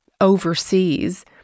overseas